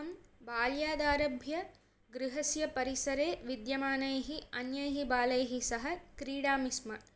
अहं बाल्यादारभ्य गृहस्य परिसरे विद्यमानैः अन्यैः बालैः सह क्रीडामि स्म